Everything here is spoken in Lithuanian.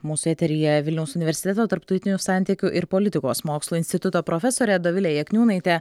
mūsų eteryje vilniaus universiteto tarptautinių santykių ir politikos mokslų instituto profesorė dovilė jakniūnaitė